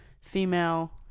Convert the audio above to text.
female